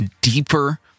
deeper